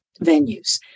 venues